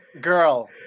girl